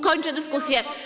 Kończę dyskusję.